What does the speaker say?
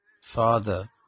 father